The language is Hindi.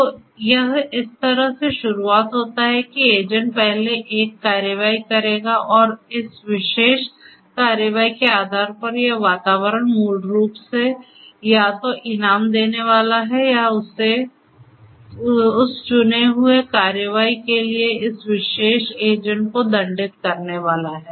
तो यह इस तरह से शुरू होता है कि एजेंट पहले एक कार्रवाई करेगा और इस विशेष कार्रवाई के आधार पर यह वातावरण मूल रूप से या तो इनाम देने वाला है या उस चुने हुए कार्रवाई के लिए इस विशेष एजेंट को दंडित करने वाला है